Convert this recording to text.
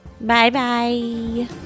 Bye-bye